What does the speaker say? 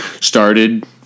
started